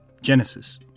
Genesis